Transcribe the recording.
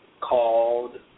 Called